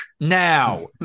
now